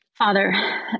Father